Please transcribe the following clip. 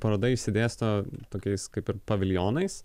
paroda išsidėsto tokiais kaip ir paviljonais